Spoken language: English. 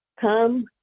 come